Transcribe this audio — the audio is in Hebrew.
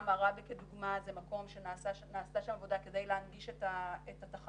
גם עראבה לדוגמה זה מקום שנעשתה שם עבודה כדי להנגיש את התחנות.